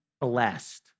blessed